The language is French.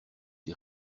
des